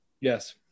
Yes